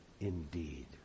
indeed